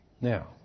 Now